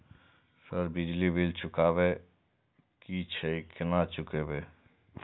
Sir बिजली bill चुकाबे की छे केना चुकेबे?